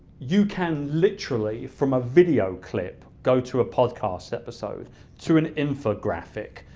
you can literally, from a video clip, go to a podcast episode to an infographic,